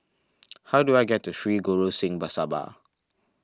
how do I get to Sri Guru Singh